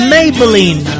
Maybelline